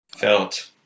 felt